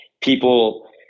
people